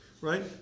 right